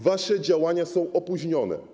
Wasze działania są opóźnione.